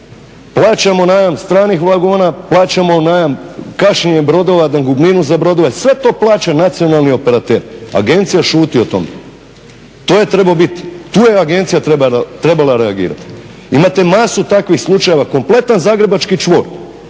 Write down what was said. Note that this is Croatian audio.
plaćamo najam stranih vagona, plaćamo najam, kašnjenje brodova, dangubinu za brodove, sve to plaća nacionalni operater , agencija šuti o tome. To je trebalo biti, tu je agencija trebala reagirati. Imate masu takvih slučajeva, kompletan zagrebački čvor